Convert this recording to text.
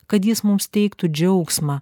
kad jis mums teiktų džiaugsmą